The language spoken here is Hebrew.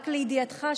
רק לידיעתך,